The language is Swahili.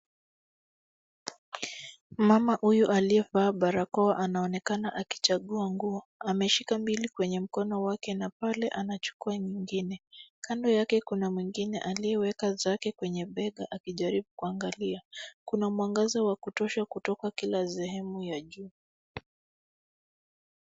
Mama huyu aliyevaa barakoa anaonekana akichagua nguo . Ameshika mbili kwenye mkono wake na pale anachukua nyingine. Kando yake kuna mwingine aliyeweka zake kwenye bega akijaribu kuangalia . Kuna mwangaza wa kutosha kutoka kila sehemu ya juu.